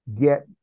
get